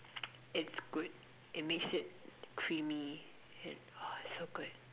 it's good it makes it creamy it oh it's so good